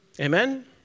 Amen